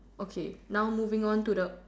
okay now moving on to the